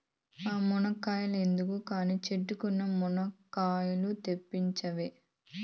ఆ మునక్కాయ లెక్కేద్దువు కానీ, చెట్టుకున్న మునకాయలు తెంపవైతివే